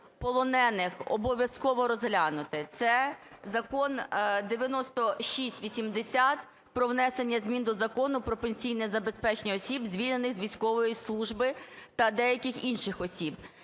полонених обов'язково розглянути, це Закон 9680 – про внесення змін до Закону "Про пенсійне забезпечення осіб, звільнених з військової служби, та деяких інших осіб"